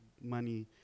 money